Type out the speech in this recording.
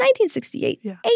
1968